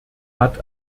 hat